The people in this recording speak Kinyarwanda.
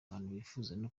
bakifuza